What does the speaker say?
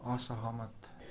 असहमत